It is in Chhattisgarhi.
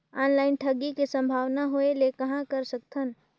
ऑनलाइन ठगी के संभावना होय ले कहां कर सकथन?